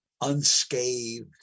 unscathed